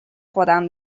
خودم